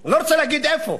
אני לא רוצה להגיד איפה.